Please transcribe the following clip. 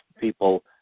people